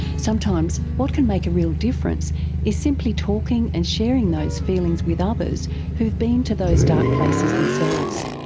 sometimes what can make a real difference is simply talking and sharing those feelings with others who have been to those dark places themselves.